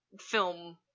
film